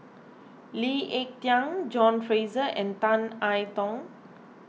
Lee Ek Tieng John Fraser and Tan I Tong